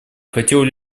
хотел